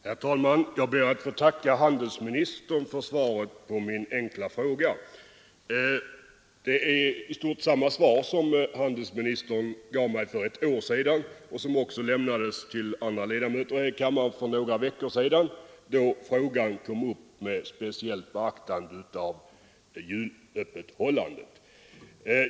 Herr talman! Jag ber att få tacka handelsministern för svaret på min enkla fråga. Det är i stort sett samma svar som handelsministern gav mig för ett år sedan och som också lämnades till andra ledamöter här i kammaren för några veckor sedan, då frågan kom upp med anledning av julöppethållandet.